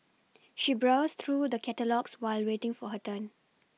she browsed through the catalogues while waiting for her turn